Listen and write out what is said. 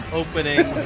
opening